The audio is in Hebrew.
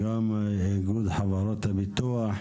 כך גם איגוד חברות הביטוח.